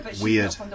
weird